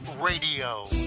radio